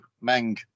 Meng